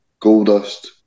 Goldust